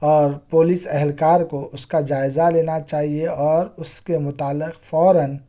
اور پولیس اہلکار کو اس کا جائزہ لینا چاہیے اور اس کے متعلق فوراً